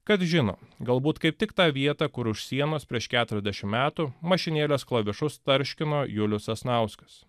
kas žino galbūt kaip tik tą vietą kur už sienos prieš keturiasdešim metų mašinėlės klavišus tarškino julius sasnauskas